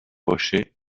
rochet